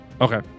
Okay